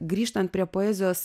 grįžtant prie poezijos